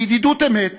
בידידות אמת